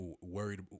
worried